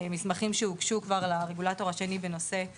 אם אלה מסמכים שכבר הוגשו לרגולטור אחר בנושאי